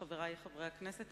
חברי חברי הכנסת,